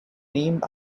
named